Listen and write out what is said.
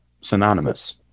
synonymous